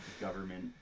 government